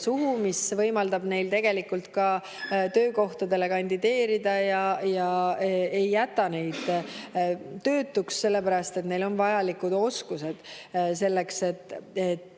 suhu. See võimaldab neil tegelikult ka töökohta leida ega jäta neid töötuks, sellepärast et neil on vajalikud oskused selleks, et